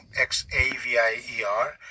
X-A-V-I-E-R